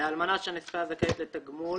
לאלמנה של נספה הזכאית לתגמול